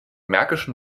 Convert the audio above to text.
märkischen